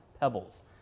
Pebbles